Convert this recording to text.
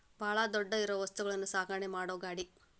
ಬಾಳ ದೊಡ್ಡ ಇರು ವಸ್ತುಗಳನ್ನು ಸಾಗಣೆ ಮಾಡು ಗಾಡಿ